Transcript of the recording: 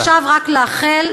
ועכשיו רק לאחל,